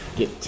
get